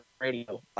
radio